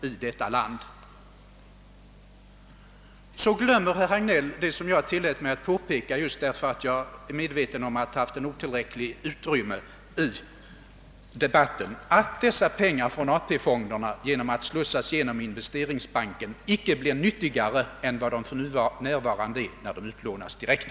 Så glömmer herr Hagnell det förhållande som jag tillät mig peka på, eftersom jag anser att det blivit otillräckligt belyst i den allmänna debatten, nämligen att dessa pengar från AP-fonderna genom att slussas över till investeringsbanken icke blir nyttigare än när de för närvarande utlånas direkt.